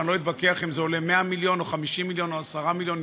ואני לא אתווכח אם זה עולה 100 מיליון או 50 מיליון או 10 מיליון,